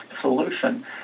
solution